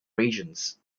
regions